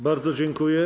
Bardzo dziękuję.